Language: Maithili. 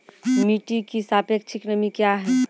मिटी की सापेक्षिक नमी कया हैं?